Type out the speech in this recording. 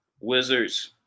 Wizards